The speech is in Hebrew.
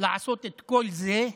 לעשות את כל זה,